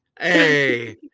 Hey